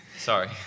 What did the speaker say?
Sorry